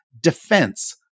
defense